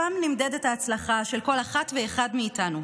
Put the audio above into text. שם נמדדת ההצלחה של כל אחת ואחד מאיתנו.